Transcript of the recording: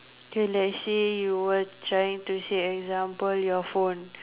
so let's say you were trying to say example your phone